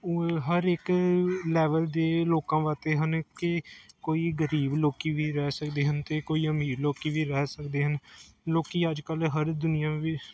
ਓਹ ਹਰ ਇੱਕ ਲੈਵਲ ਦੇ ਲੋਕਾਂ ਵਾਸਤੇ ਹਨ ਕਿ ਕੋਈ ਗਰੀਬ ਲੋਕ ਵੀ ਰਹਿ ਸਕਦੇ ਹਨ ਅਤੇ ਕੋਈ ਅਮੀਰ ਲੋਕ ਵੀ ਰਹਿ ਸਕਦੇ ਹਨ ਲੋਕ ਅੱਜ ਕੱਲ੍ਹ ਹਰ ਦੁਨੀਆਂ ਵੀ